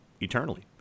eternally